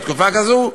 בתקופה כזו,